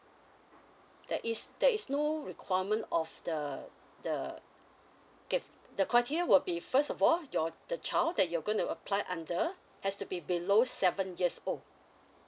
that is that is no requirement of the the okay the criteria would be first of all your the child that you're going to apply under has to be below seven years old